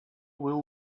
will